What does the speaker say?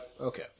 Okay